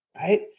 Right